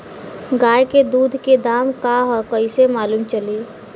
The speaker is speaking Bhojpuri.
गाय के दूध के दाम का ह कइसे मालूम चली?